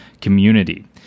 community